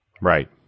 Right